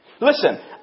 Listen